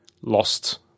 lost